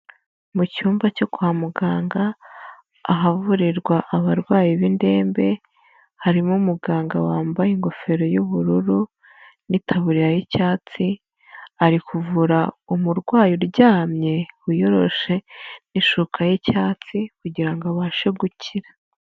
Mu cyumba cyo kwa muganga ahavurirwa abarwayi b'indembe, harimo umuganga wambaye ingofero y'ubururu n'itaburiya y'icyatsi, ari kuvura umurwayi uryamye wiyoroshe n'ishuka y'icyatsi kugira ngo abashe gukira.